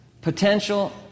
Potential